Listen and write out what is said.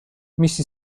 მისი